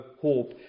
hope